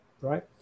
right